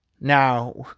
now